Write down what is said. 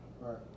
Right